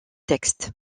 texte